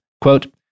Quote